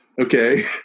Okay